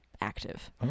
active